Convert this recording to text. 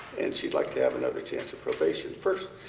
and she'd like to have another chance to probation. first,